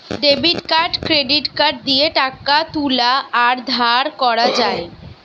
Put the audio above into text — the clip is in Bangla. ডেবিট কার্ড ক্রেডিট কার্ড দিয়ে টাকা তুলা আর ধার করা যায়